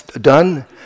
done